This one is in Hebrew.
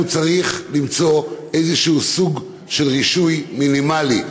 צריך למצוא איזשהו סוג של רישוי מינימלי.